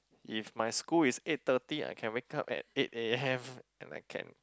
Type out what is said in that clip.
if my school is eight thirty I can wake up at eight A_M and I can